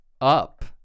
up